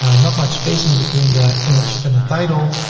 and not much spacing between the image and the title.